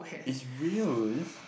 is real is